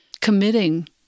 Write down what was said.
committing